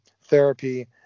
therapy